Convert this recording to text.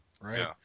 right